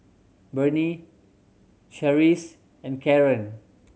Bernie Charisse and Karren